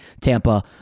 Tampa